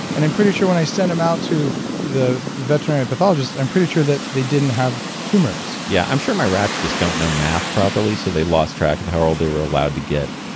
and i'm pretty sure when i send them out to the veterinary pathologist i'm pretty sure that they didn't have tumors. yeah. i'm sure my rats just don't know math properly, so they lost track of how old they were allowed to get